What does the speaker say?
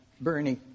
Bernie